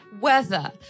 weather